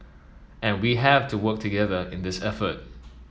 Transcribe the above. and we have to work together in this effort